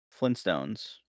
Flintstones